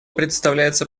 предоставляется